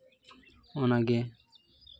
ᱚᱱᱟᱜᱮ